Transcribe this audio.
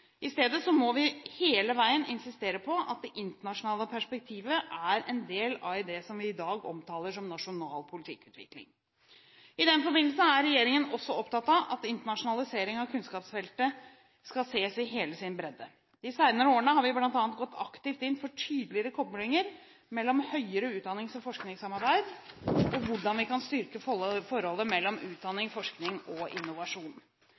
I stedet må vi hele veien insistere på at det internasjonale perspektivet er en del av det som vi i dag omtaler som nasjonal politikkutvikling. I den forbindelse er regjeringen også opptatt av at internasjonalisering av kunnskapsfeltet skal ses i hele sin bredde. De senere årene har vi bl.a. gått aktivt inn for tydeligere koblinger mellom høyere utdannings- og forskningssamarbeid og hvordan vi kan styrke forholdet mellom utdanning, forskning og innovasjon.